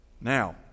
Now